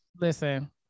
listen